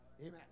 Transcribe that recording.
Amen